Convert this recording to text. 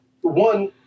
one